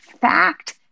fact